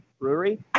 brewery